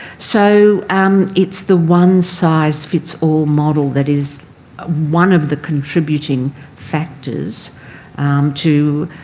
so um it's the one size fits all model that is one of the contributing factors to